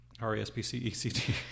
R-E-S-P-C-E-C-T